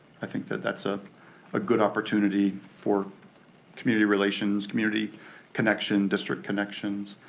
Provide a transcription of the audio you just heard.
i think that that's a ah good opportunity for community relations, community connection, district connections,